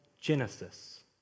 Genesis